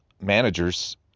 managers